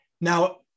Now